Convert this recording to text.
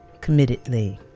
committedly